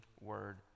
Word